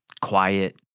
quiet